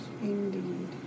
Indeed